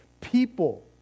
people